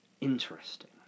interesting